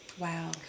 Wow